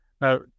Now